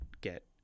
get